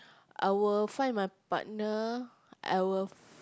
I will find my partner I will